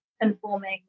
informing